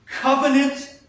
Covenant